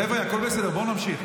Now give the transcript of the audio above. חבר'ה, הכול בסדר, בואו נמשיך.